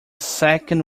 second